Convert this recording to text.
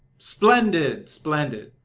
splendid, splendid!